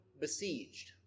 besieged